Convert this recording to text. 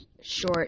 short